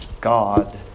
God